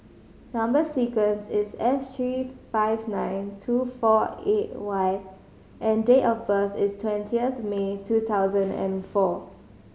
number sequence is S seven three five nine two four eight Y and date of birth is twentieth May two thousand and four